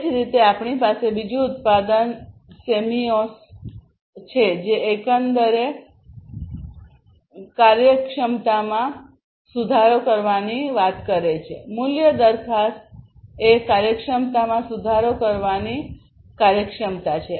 એ જ રીતે આપણી પાસે બીજું ઉત્પાદન સેમિઓસ છે જે એકંદરે કાર્યક્ષમતામાં સુધારો કરવાની વાત કરે છે મૂલ્ય દરખાસ્ત એ કાર્યક્ષમતામાં સુધારો કરવાની કાર્યક્ષમતા છે